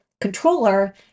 controller